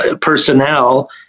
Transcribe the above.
personnel